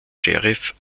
sheriff